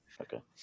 Okay